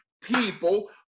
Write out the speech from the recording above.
people